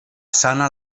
sana